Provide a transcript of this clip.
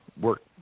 work